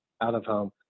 out-of-home